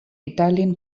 italian